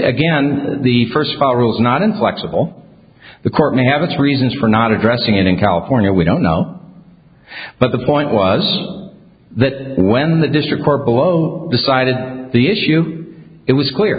again the first spot rules not inflexible the court may have its reasons for not addressing it in california we don't know but the point was that when the district court bloke decided the issue it was clear